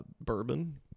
bourbon